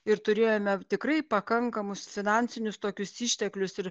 ir turėjome tikrai pakankamus finansinius tokius išteklius ir